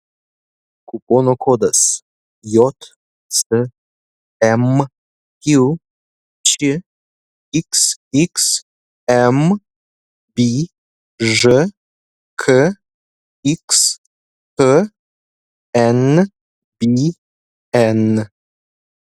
kupono kodas jcmq čxxm bžkx knbn